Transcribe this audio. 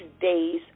days